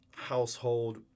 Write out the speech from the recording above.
household